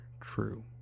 true